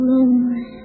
Lonely